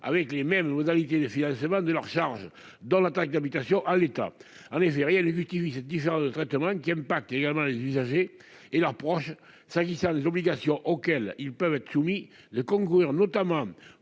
avec les mêmes modalités de si aisément de leurs charges dans la taxe d'habitation à l'état algérien utilise cette différence de traitement qui impacte également les usagers et leurs proches, s'agissant des obligations auxquelles ils peuvent être soumis le concours, notamment